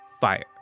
fire